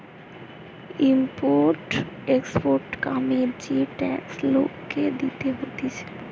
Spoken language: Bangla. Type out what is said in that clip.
ইম্পোর্ট এক্সপোর্টার কামে যে ট্যাক্স লোককে দিতে হতিছে